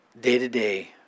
day-to-day